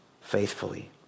faithfully